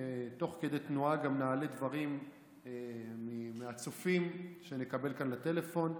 תוך כדי תנועה גם נעלה דברים מהצופים שנקבל כאן לטלפון.